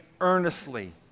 earnestly